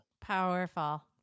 Powerful